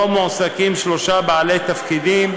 לא מועסקים שלושה בעלי תפקידים,